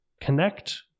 connect